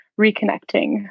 reconnecting